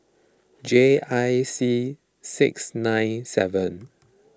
J I C six nine seven